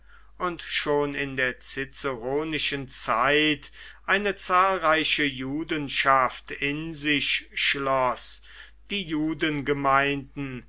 und schon in der ciceronischen zeit eine zahlreiche judenschaft in sich schloß die